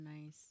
nice